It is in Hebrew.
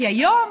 כי היום